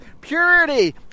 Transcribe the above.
purity